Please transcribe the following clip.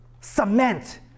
Cement